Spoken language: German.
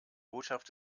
botschaft